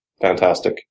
Fantastic